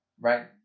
right